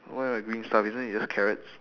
where got green stuff isn't it just carrots